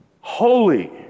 Holy